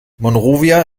monrovia